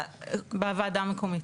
בוועדה המקומית.